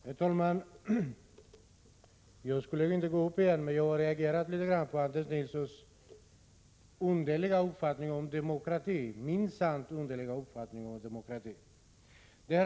Herr talman! Jag har begärt ordet igen därför att jag reagerade emot Anders Nilssons minst sagt underliga uppfattning om demokrati.